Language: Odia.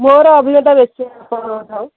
ମୋର ଅଭିଜ୍ଞତା ବେଶୀ ଆପଣଙ୍କ ଠାରୁ